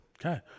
Okay